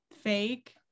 fake